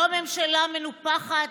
לא ממשלה מנופחת,